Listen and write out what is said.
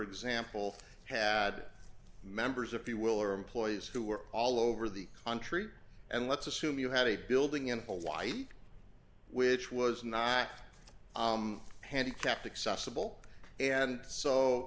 example had members if you will or employees who were all over the country and let's assume you had a building in hawaii which was not handicapped accessible and so